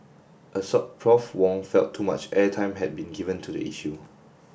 assoc Prof Wong felt too much airtime had been given to the issue